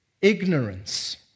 ignorance